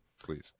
Please